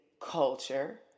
culture